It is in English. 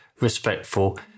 respectful